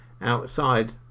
outside